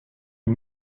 une